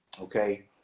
Okay